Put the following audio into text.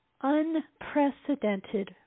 unprecedented